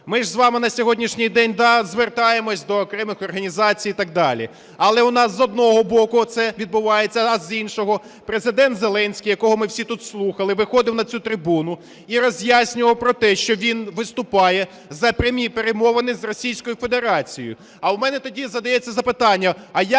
Ми ж з вами на сьогоднішній день, да, звертаємося до окремих організацій і так далі, але у нас, з одного боку, оце відбувається, а з іншого – Президент Зеленський, якого ми всі тут слухали, виходив на цю трибуну і роз'яснював про те, що він виступає за прями перемовини з Російською Федерацією. А в мене тоді задається запитання. А як